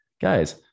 guys